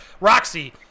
Roxy